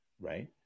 right